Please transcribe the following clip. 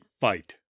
fight